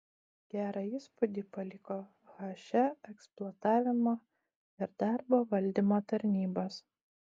gerą įspūdį paliko he eksploatavimo ir darbo valdymo tarnybos